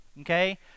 okay